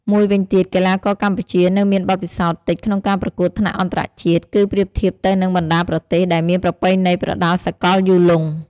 មួយវិញទៀត កីឡាករកម្ពុជានៅមានបទពិសោធន៍តិចក្នុងការប្រកួតថ្នាក់អន្តរជាតិ បើប្រៀបធៀបទៅនឹងបណ្តាប្រទេសដែលមានប្រពៃណីប្រដាល់សកលយូរលង់។